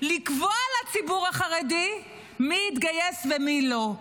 לקבוע לציבור החרדי מי יתגייס ומי לא.